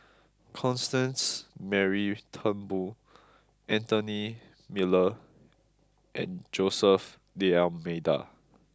Constance Mary Turnbull Anthony Miller and Jose D'almeida